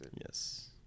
Yes